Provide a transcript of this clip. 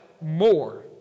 more